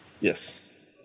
Yes